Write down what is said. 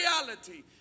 reality